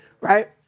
right